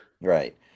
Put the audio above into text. Right